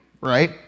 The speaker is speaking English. right